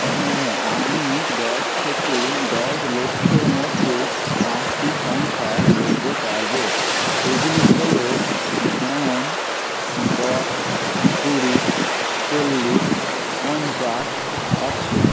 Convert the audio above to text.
হ্যাঁ আমি দশ থেকে দশ লক্ষের মধ্যে পাঁচটি সংখ্যা বলতে পারবো সেইগুলি হলো যেমন দশ কুড়ি চল্লিশ পঞ্চাশ একশো